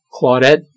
Claudette